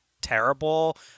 terrible